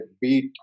beat